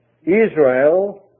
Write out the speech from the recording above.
Israel